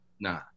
Nah